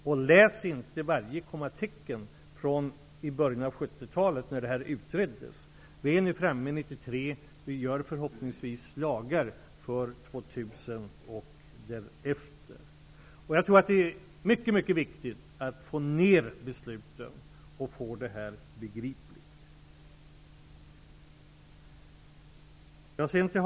Man skall inte läsa varje kommatecken från början av 70-talet, när detta utreddes. Vi är nu framme vid 1993, och vi stiftar förhoppningsvis lagar för år 2000 och därefter. Jag tror att det är mycket viktigt att vi får ner besluten och att vi får detta begripligt.